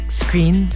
screen